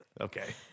Okay